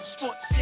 Sports